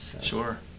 Sure